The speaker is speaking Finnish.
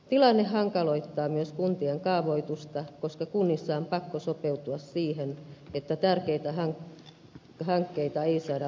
tilanne hankaloittaa myös kuntien kaavoitusta koska kunnissa on pakko sopeutua siihen että tärkeitä hankkeita ei saada liikkeelle